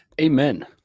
Amen